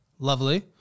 Lovely